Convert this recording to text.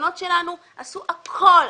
הבנות שלנו עשו הכול,